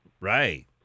Right